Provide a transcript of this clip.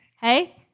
Hey